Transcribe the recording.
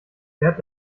fährt